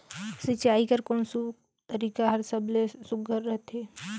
सिंचाई कर कोन तरीका हर सबले सुघ्घर रथे?